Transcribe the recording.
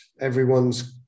everyone's